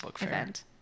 event